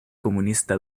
comunista